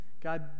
God